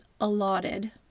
allotted